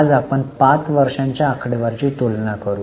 आज आपण 5 वर्षांच्या आकडेवारीची तुलना करू